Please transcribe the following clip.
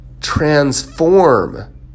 transform